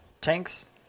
Tanks